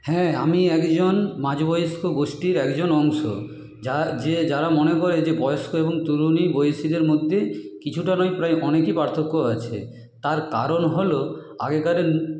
হ্যাঁ আমি একজন মাঝবয়স্ক গোষ্ঠীর একজন অংশ যা যে যারা মনে করে যে বয়স্ক এবং তরুণী বয়সীদের মধ্যে কিছুটা নয় প্রায় অনেকই পার্থক্য আছে তার কারণ হল আগেকার